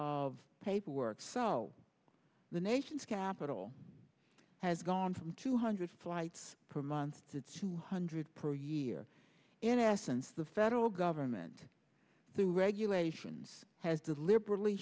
of paperwork so the nation's capital has gone from two hundred flights per month to two hundred per year in essence the federal government through regulations has deliberately